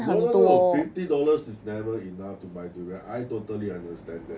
no fifty dollars is never enough to buy durian I totally understand that